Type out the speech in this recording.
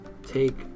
Take